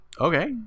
Okay